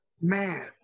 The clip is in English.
Man